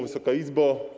Wysoka Izbo!